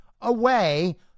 away